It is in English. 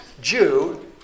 Jew